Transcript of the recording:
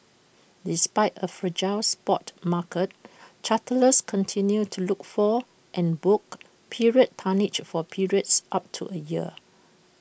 despite A fragile spot market charterers continued to look for and book period tonnage for periods up to A year